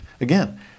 again